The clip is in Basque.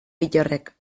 bittorrek